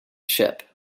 ship